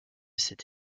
cette